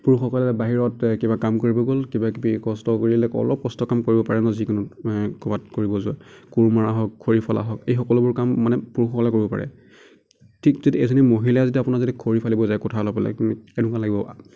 পুৰুষসকলে বাহিৰত কিবা কাম কৰিব গ'ল কিবাকিবি কষ্ট কৰিলে অলপ কষ্ট কাম কৰিব পাৰে ন যিকোনো ক'ৰবাত কৰিব যোৱা কোৰ মৰা হওক খৰি ফলা হওক এই সকলোবোৰ কাম মানে পুৰুষসকলে কৰিব পাৰে ঠিক যদি এজনী মহিলাই যদি আপোনাৰ যদি খৰি ফালিব যায় কুঠাৰ লৈ পেলাই কিনি কেনেকুৱা লাগিব